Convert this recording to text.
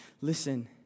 listen